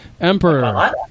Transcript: Emperor